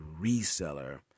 reseller